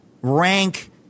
rank